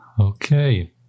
Okay